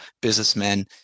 businessmen